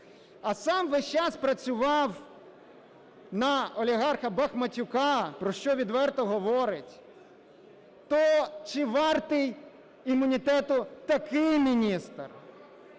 а сам увесь час працював на олігарха Бахматюка, про що відверто говорить, то чи вартий імунітету такий міністр?